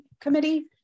committee